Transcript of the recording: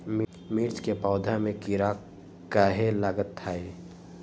मिर्च के पौधा में किरा कहे लगतहै?